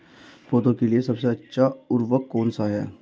पौधों के लिए सबसे अच्छा उर्वरक कौन सा है?